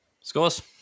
Scores